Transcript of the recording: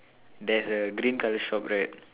there's a green colour shop right